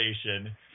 station